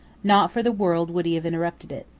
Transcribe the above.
not for the world would he have interrupted it.